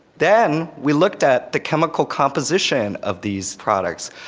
then we looked at the chemical composition of these products.